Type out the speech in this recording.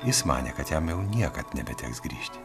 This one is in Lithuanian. jis manė kad jam jau niekad nebeteks grįžti